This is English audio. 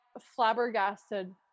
flabbergasted